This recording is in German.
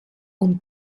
und